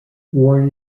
warren